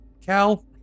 Cal